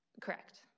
Correct